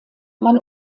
man